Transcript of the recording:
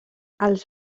als